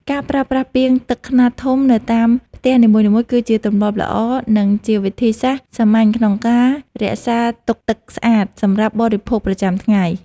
ការប្រើប្រាស់ពាងទឹកខ្នាតធំនៅតាមផ្ទះនីមួយៗគឺជាទម្លាប់ល្អ និងជាវិធីសាស្ត្រសាមញ្ញក្នុងការរក្សាទុកទឹកស្អាតសម្រាប់បរិភោគប្រចាំថ្ងៃ។